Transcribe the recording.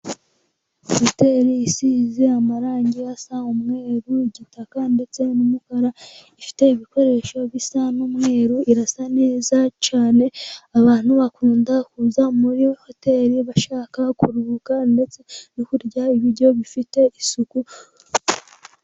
Hoteri isize amarangi asa umweru, igitaka ndetse n'umukara. Ifite ibikoresho bisa n'umweru. Irasa neza cyane. Abantu bakunda kuza muri hoteli bashaka kuruhuka ndetse no kurya ibiryo bifite isuku.